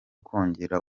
kongera